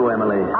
Emily